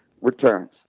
returns